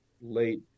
late